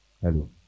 hello